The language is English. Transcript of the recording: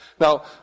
Now